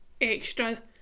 extra